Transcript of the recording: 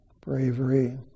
bravery